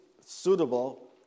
suitable